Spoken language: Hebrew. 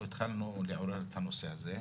אנחנו התחלנו לעורר את הנושא הזה.